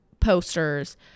posters